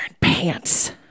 pants